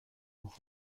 noch